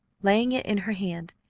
laying it in her hand,